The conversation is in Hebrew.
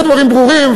זה דברים ברורים,